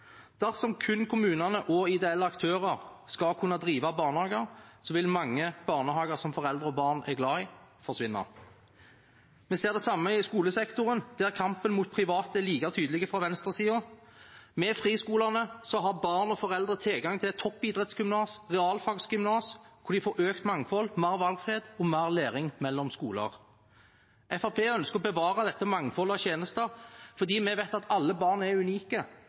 Dersom kun kommunene og ideelle aktører skal kunne drive barnehager, vil mange barnehager som foreldre og barn er glad i, forsvinne. Vi ser det samme i skolesektoren, der kampen mot private er like tydelig fra venstresiden. Med friskolene har barn og foreldre tilgang til toppidrettsgymnas og realfagsgymnas, hvor de får økt mangfold, mer valgfrihet og mer læring mellom skoler. Fremskrittspartiet ønsker å bevare dette mangfoldet av tjenester fordi vi vet at alle barn er unike,